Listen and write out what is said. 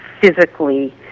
physically